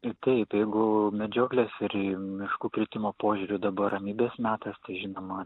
taip jeigu medžioklės ir į miškų plėtimo požiūriu dabar ramybės metas žinoma